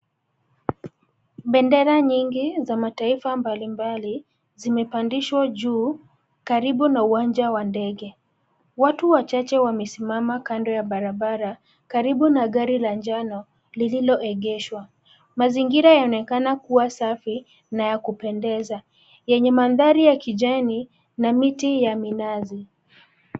Bendera nyingi za mataifa mbalimbali zimepandishwa juu karibu na uwanja wa ndege. Watu wachache wamesimama kando ya barabara karibu na gari la njano lililoegeshwa. Mazingira yanaonekana kua safi na ya kupendeza yenye mandhari ya kijani na miti ya minazi.